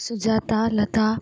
Sujata Lata